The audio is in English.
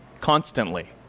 constantly